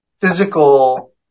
physical